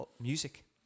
music